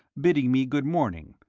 bidding me good morning,